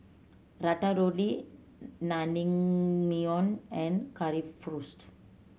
Ratatouille Naengmyeon and Currywurst